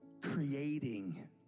creating